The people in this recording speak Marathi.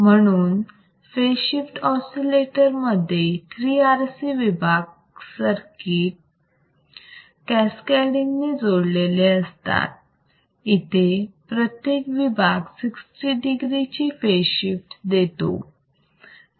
म्हणून फेज शिफ्ट ऑसिलेटर मध्ये 3 RC विभाग सर्किट कॅस्कॅडींग ने जोडलेले असतात इथे प्रत्येक विभाग 60 degree ची फेज शिफ्ट देतो